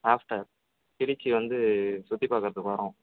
after Trichy வந்து சுற்றி பார்க்குறதுக்கு வரோம்